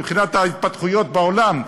מבחינת ההתפתחויות בעולם,